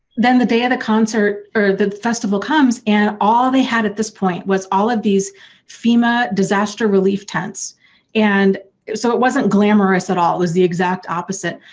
then the day of the concert. of the festival comes and all they had at this point was all of these fema disaster relief tents and so it wasn't glamorous at all, it was the exact opposite,